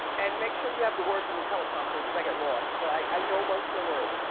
and make sure you have the words in the teleprompter cause i get lost. but i know most of the words.